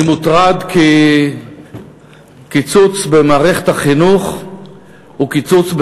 אני מוטרד כי קיצוץ במערכת החינוך הוא קיצוץ,